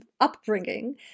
upbringing